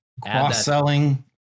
cross-selling